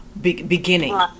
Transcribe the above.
beginning